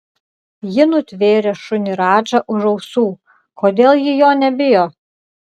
ji nutvėrė šunį radžą už ausų kodėl ji jo nebijo